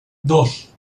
dos